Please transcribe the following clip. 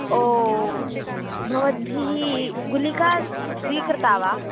ओ भवद्भिः गुलिका स्वीकृता वा